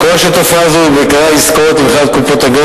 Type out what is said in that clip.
מקורה של תופעה זו הוא בעיקרו עסקאות למכירת קופות הגמל